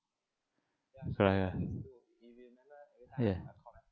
ya ya ya